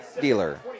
dealer